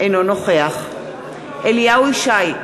אינו נוכח אליהו ישי,